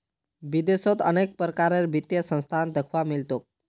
विदेशत अनेक प्रकारेर वित्तीय संस्थान दख्वा मिल तोक